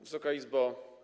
Wysoka Izbo!